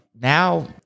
Now